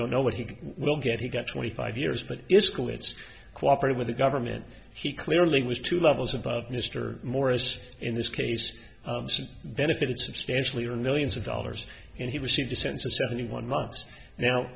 don't know what he will get he got twenty five years but it's cool it's cooperated with the government he clearly was two levels above mr morris in this case benefited substantially or millions of dollars and he received a sense of seventy one months now